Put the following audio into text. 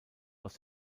aus